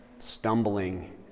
stumbling